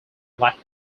latin